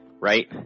right